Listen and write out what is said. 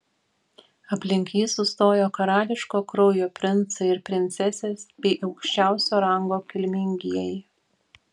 aplink jį sustojo karališko kraujo princai ir princesės bei aukščiausio rango kilmingieji